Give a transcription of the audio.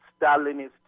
Stalinist